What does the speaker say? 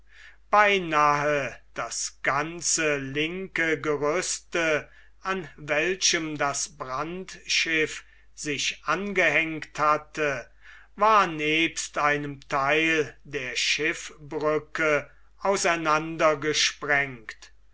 beinahe das ganze linke gerüste an welchem das brandschiff sich angehängt hatte war nebst einem theil der schiffbrücke auseinander gesprengt